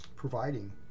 Providing